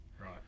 right